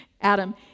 Adam